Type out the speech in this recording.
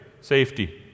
safety